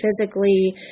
physically